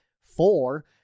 four